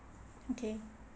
okay